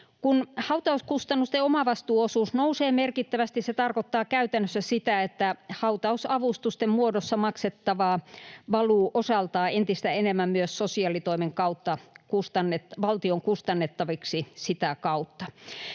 Kun hautauskustannusten omavastuuosuus nousee merkittävästi, se tarkoittaa käytännössä sitä, että hautausavustusten muodossa maksettavaa valuu osaltaan entistä enemmän myös sosiaalitoimen kautta valtion kustannettavaksi sitä kautta.